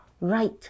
right